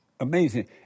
Amazing